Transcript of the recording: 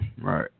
Right